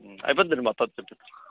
అయిపోతుందండి మొత్తం అప్పచెప్తాం